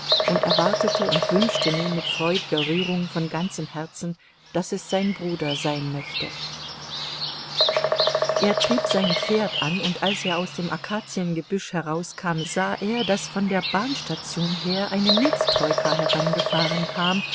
und erwartete und wünschte nun mit freudiger rührung von ganzem herzen daß es sein bruder sein möchte er trieb sein pferd an und als er aus dem akaziengebüsch herauskam sah er daß von der bahnstation her eine mietstroika herangefahren kam